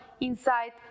inside